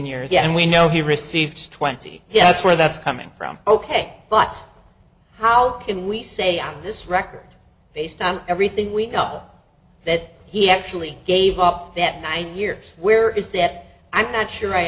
years and we know he received twenty yeah that's where that's coming from ok but how can we say on this record based on everything week up that he actually gave up that nine years where is that i'm not sure i